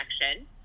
connection